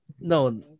no